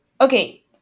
okay